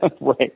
right